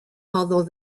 although